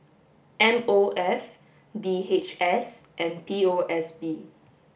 M O F D H S and P O S B